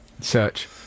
Search